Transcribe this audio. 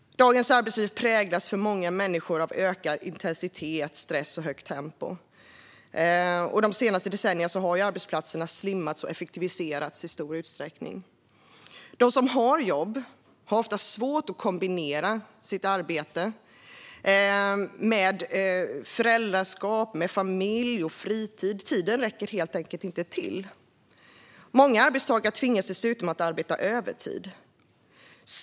Dagens arbetsliv präglas för många människor av ökad intensitet, stress och högt tempo. De senaste decennierna har arbetsplatserna slimmats och effektiviserats i stor utsträckning. De som har jobb har ofta svårt att kombinera sitt arbete med föräldraskap, familj och fritid - tiden räcker helt enkelt inte till. Många arbetstagare tvingas dessutom arbeta övertid.